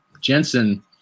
Jensen